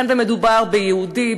ייתכן שמדובר ביהודי,